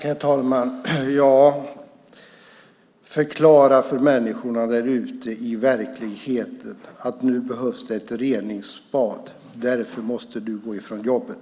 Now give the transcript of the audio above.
Herr talman! Förklara för människorna där ute i verkligheten, Jörgen Johansson, att nu behövs det ett reningsbad, och därför måste de gå från jobbet!